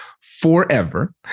forever